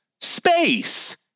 space